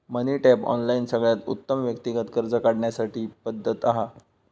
मनी tap, online सगळ्यात उत्तम व्यक्तिगत कर्ज काढण्याची पद्धत हा